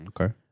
Okay